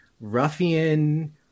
ruffian